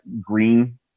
green